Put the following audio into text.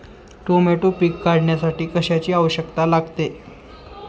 Tomato पीक काढण्यासाठी कशाची आवश्यकता लागते?